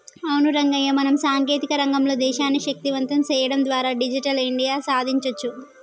అవును రంగయ్య మనం సాంకేతిక రంగంలో దేశాన్ని శక్తివంతం సేయడం ద్వారా డిజిటల్ ఇండియా సాదించొచ్చు